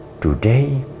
today